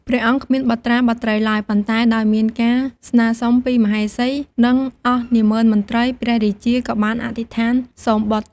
ព្រះអង្គគ្មានបុត្រាបុត្រីឡើយ ប៉ុន្តែដោយមានការស្នើសុំពីមហេសី និងអស់នាម៉ឺនមន្ត្រី ព្រះរាជាក៏បានអធិដ្ឋានសូមបុត្រ។